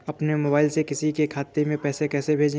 अपने मोबाइल से किसी के खाते में पैसे कैसे भेजें?